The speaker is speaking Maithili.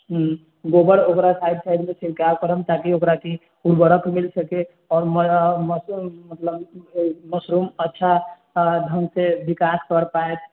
हूँ गोबर ओकरा साइड साइड मे छिड़काएल करब ताकि ओकरा की उर्वरक मिल सकै और मतलब मशरूम अच्छा ढ़ंग से विकास कर पायत